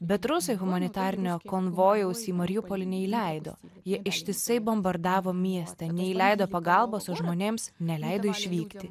bet rusai humanitarinio konvojaus į mariupolį neįleido jie ištisai bombardavo miestą neįleido pagalbos o žmonėms neleido išvykti